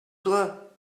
toi